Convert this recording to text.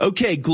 Okay